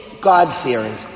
God-fearing